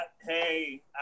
Hey